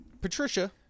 Patricia